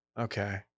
Okay